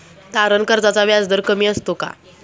तारण कर्जाचा व्याजदर कमी असतो का?